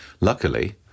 Luckily